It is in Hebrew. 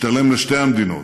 משתלם לשתי המדינות,